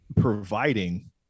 providing